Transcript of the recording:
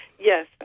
Yes